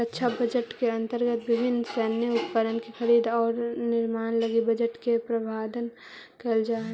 रक्षा बजट के अंतर्गत विभिन्न सैन्य उपकरण के खरीद औउर निर्माण लगी बजट के प्रावधान कईल जाऽ हई